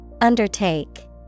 Undertake